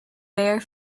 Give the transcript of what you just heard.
bare